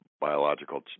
Biological